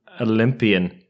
Olympian